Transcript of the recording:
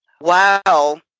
wow